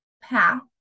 path